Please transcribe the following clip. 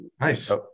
nice